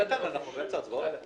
איתן, אנחנו באמצע ההצבעות?